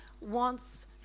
wants